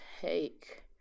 Take